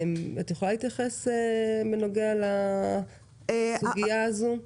את יכולה להתייחס לסוגיה הזאת?